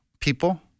people